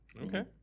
Okay